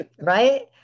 right